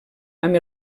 amb